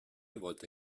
volta